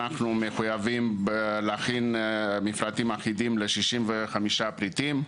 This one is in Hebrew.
אנחנו מחויבים להכין מפרטים אחידים ל-65 פריטים.